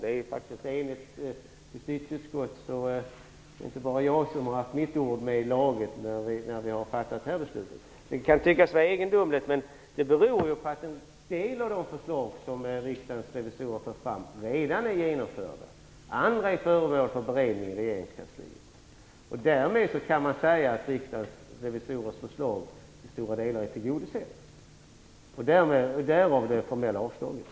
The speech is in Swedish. Det är ett enigt justitieutskott, så det är inte bara jag som har haft mitt ord med i laget när vi har fattat det här beslutet. Det kan tyckas vara egendomligt, men det beror på att en del av de förslag som Riksdagens revisorer för fram redan är genomförda. Andra är föremål för beredning i regeringskansliet. Därmed kan man säga att Riksdagens revisorers förslag till stora delar är tillgodosedda. Därav det formella avstyrkandet.